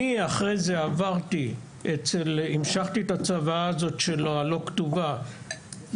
ואני אחר כך המשכתי את הצוואה הלא כתובה שלו ועברתי